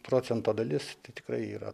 procento dalis tai tikrai yra